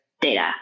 data